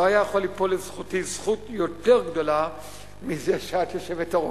לא היתה יכולה ליפול לזכותי זכות יותר גדולה מזה שאת היושבת-ראש.